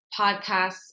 Podcasts